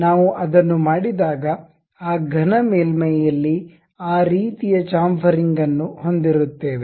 ನಾವು ಅದನ್ನು ಮಾಡಿದಾಗ ಆ ಘನ ಮೇಲ್ಮೈಯಲ್ಲಿ ಆ ರೀತಿಯ ಚಾಂಫರಿಂಗ್ ಅನ್ನು ಹೊಂದಿರುತ್ತೇವೆ